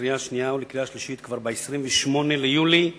לקריאה שנייה ולקריאה שלישית כבר ב-28 ביולי 2009,